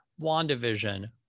wandavision